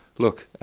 look,